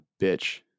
bitch